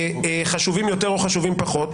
חשובים יותר או חשובים פחות,